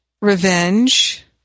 revenge